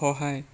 সহায়